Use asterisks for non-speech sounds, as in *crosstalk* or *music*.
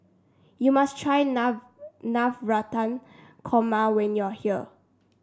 you must try *unintelligible* Navratan Korma when you are here